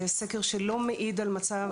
זה סקר שלא מעיד על מצב.